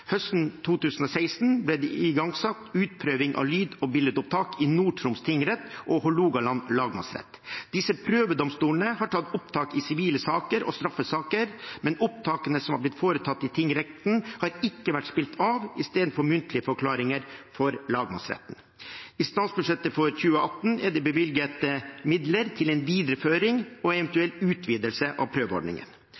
Høsten 2016 ble det igangsatt utprøving av lyd- og bildeopptak i Nord-Troms tingrett og i Hålogaland lagmannsrett. Disse prøvedomstolene har tatt opptak i sivile saker og i straffesaker, men opptakene som har blitt foretatt i tingretten, har ikke blitt spilt av istedenfor muntlige forklaringer for lagmannsretten. I statsbudsjettet for 2018 er det bevilget midler til en videreføring og